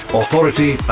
authority